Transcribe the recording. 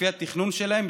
לפי התכנון שלהם,